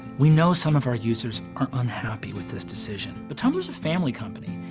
we know some of our users are unhappy with this decision. but tumblr's a family company,